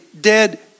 dead